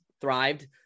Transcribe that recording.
thrived